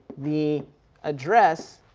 the address